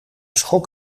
schok